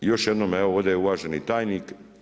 I još jednom evo ovdje je uvaženi tajnik.